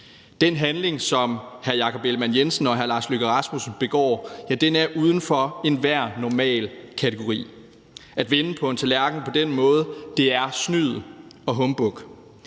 Den handling, som hr. Jakob Ellemann-Jensen og hr. Lars Løkke Rasmussen begår, er uden for enhver normal kategori. At vende på en tallerken på den måde er snyd og humbug.